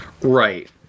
right